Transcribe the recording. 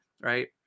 right